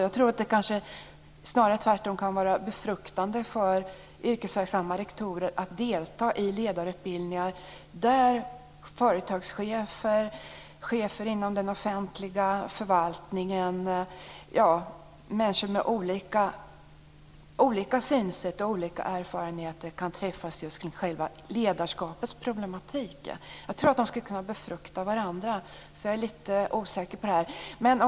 Jag tror att det snarare tvärtom kan vara befruktande för yrkesverksamma rektorer att delta i ledarutbildningar där företagschefer, chefer inom den offentliga förvaltningen, människor med olika synsätt och erfarenheter kan träffas just kring själva ledarskapets problematik. Jag tror att de skulle kunna befrukta varandra, så jag är lite osäker på den punkten.